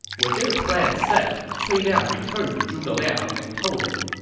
with their plan set, cui liang returned to zhuge liang and told him,